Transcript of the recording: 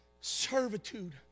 Servitude